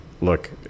look